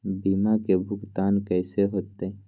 बीमा के भुगतान कैसे होतइ?